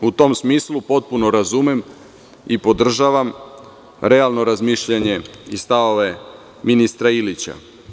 U tom smislu, potpuno razumem i podržavam realno razmišljanje i stavove ministra Ilića.